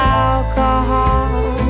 alcohol